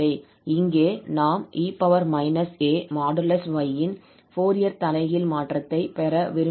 இங்கே நாம் 𝑒−𝑎|𝑦| இன் ஃபோரியர் தலைகீழ் மாற்றத்தைப் பெற விரும்புகிறோம்